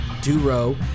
Duro